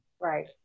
Right